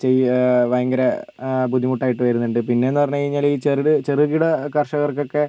ചെയ്യ് ഭയങ്കര ബുദ്ധിമുട്ടായിട്ട് വരുന്നുണ്ട് പിന്നെ എന്ന് പറഞ്ഞുകഴിഞ്ഞാൽ ഈ ചെറുത് ചെറുകിട കർഷകർക്കൊക്കെ